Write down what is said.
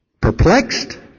Perplexed